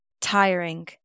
Tiring